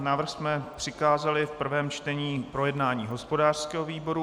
Návrh jsme přikázali v prvém čtení k projednání hospodářskému výboru.